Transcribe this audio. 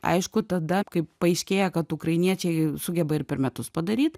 aišku tada kai paaiškėja kad ukrainiečiai sugeba ir per metus padaryt